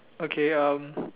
okay um